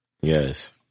Yes